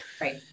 Right